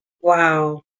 Wow